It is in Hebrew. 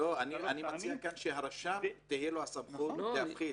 --- אני מציע כאן שלרשם תהא הסמכות להפחית,